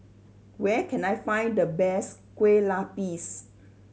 where can I find the best Kueh Lapis